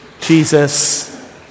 Jesus